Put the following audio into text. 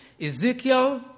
Ezekiel